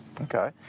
Okay